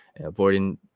avoiding